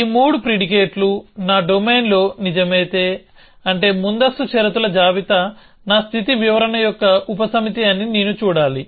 ఈ 3 ప్రిడికేట్లు నా డొమైన్లో నిజమైతే అంటేముందస్తు షరతుల జాబితా నా స్థితి వివరణ యొక్క ఉపసమితి అని నేను చూడాలి